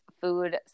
food